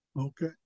Okay